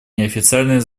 неофициальные